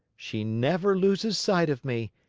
she never loses sight of me,